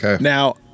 Now